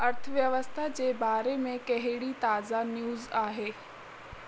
अर्थव्यवस्था जे बारे में कहिंड़ी ताज़ा न्यूज़ आहे